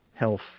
health